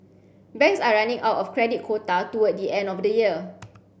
banks are running out of credit quota toward the end of the year